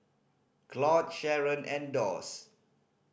Claud Sheron and Doss